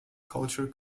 culture